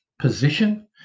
position